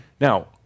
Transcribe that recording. Now